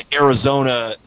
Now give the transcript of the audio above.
Arizona